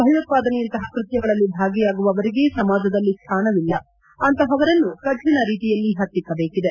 ಭಯೋತ್ಸಾದನೆಯಂತಹ ಕೃತ್ಯಗಳಲ್ಲಿ ಭಾಗಿಯಾಗಿರುವವರಿಗೆ ಸಮಾಜದಲ್ಲಿ ಸ್ತಾನವಿಲ್ಲ ಅಂತಹವರನ್ನು ಕರಿಣ ರೀತಿಯಲ್ಲಿ ಹತ್ತಿಕ್ನಬೇಕಿದೆ